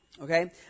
Okay